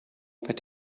that